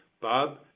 Bob